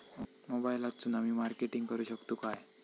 मोबाईलातसून आमी मार्केटिंग करूक शकतू काय?